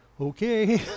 Okay